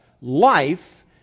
life